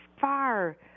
far